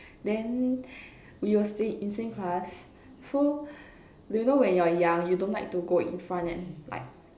then we were sa~ in same class so do you know when you're young you don't like to go in front and like